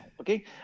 Okay